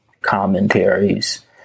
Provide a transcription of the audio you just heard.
commentaries